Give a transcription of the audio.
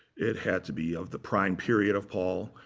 it had to be of the prime period of paul.